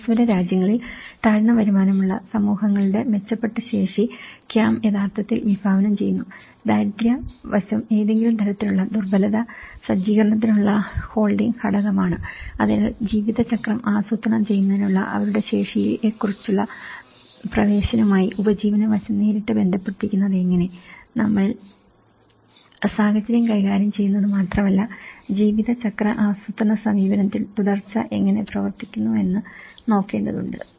വികസ്വര രാജ്യങ്ങളിൽ താഴ്ന്ന വരുമാനമുള്ള സമൂഹങ്ങളുടെ മെച്ചപ്പെട്ട ശേഷി CAM യഥാർത്ഥത്തിൽ വിഭാവനം ചെയ്യുന്നു ദാരിദ്ര്യ വശം ഏതെങ്കിലും തരത്തിലുള്ള ദുർബലത സജ്ജീകരണത്തിനുള്ള ഹോൾഡിംഗ് ഘടകമാണ് അതിനാൽ ജീവിതചക്രം ആസൂത്രണം ചെയ്യുന്നതിനുള്ള അവരുടെ ശേഷിയിലേക്കുള്ള പ്രവേശനവുമായി ഉപജീവന വശം നേരിട്ട് ബന്ധപ്പെട്ടിരിക്കുന്നതെങ്ങനെ നമ്മൾ സാഹചര്യം കൈകാര്യം ചെയ്യുന്നത് മാത്രമല്ല ജീവിതചക്ര ആസൂത്രണ സമീപനത്തിൽ തുടർച്ച എങ്ങനെ പ്രവർത്തിക്കുന്നുവെന്ന് നോക്കേണ്ടതുണ്ട്